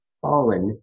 fallen